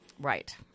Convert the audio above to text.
Right